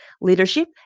leadership